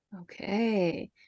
okay